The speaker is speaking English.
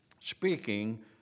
Speaking